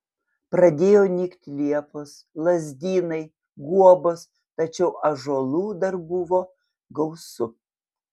pradėjo nykti liepos lazdynai guobos tačiau ąžuolų dar buvo gausu